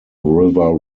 river